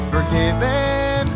Forgiven